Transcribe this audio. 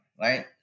right